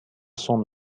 son